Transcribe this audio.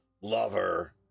lover